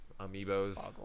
Amiibos